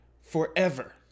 forever